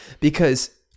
Because-